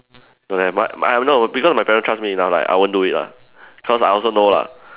don't have but I no because my parents trust me enough like I won't do it ah cause I also know lah